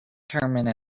determine